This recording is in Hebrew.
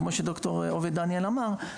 כמו שד'"ר עובד דניאל אמר,